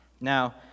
Now